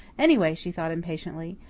anyway, she thought, impatiently,